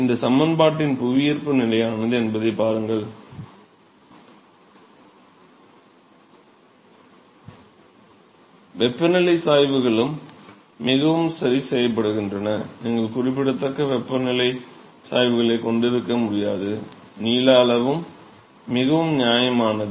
இந்த சமன்பாட்டின் புவியீர்ப்பு நிலையானது என்பதைப் பாருங்கள் சுருக்கக் காரணிக்கு ஒரு நிலையான வரம்பு உள்ளது வெப்பநிலை சாய்வுகளும் மிகவும் சரி செய்யப்படுகின்றன நீங்கள் குறிப்பிடத்தக்க வெப்பநிலை சாய்வுகளைக் கொண்டிருக்க முடியாது நீள அளவும் மிகவும் நியாயமானது